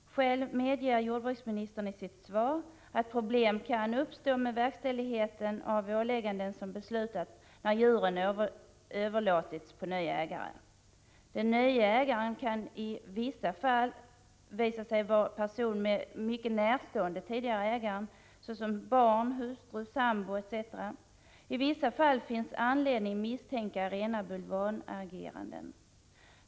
Själv medger jordbruksministern i sitt svar att problem kan uppstå med verkställigheten av ålägganden som beslutats, när djuren överlåtits på en ny ägare. Den nya ägaren har i vissa fall visat sig vara en person som är mycket närstående den tidigare ägaren, såsom barn, hustru eller sambo. I vissa fall finns anledning misstänka rena bulvanageranden.